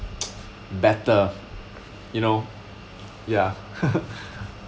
better you know ya